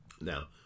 Now